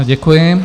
Děkuji.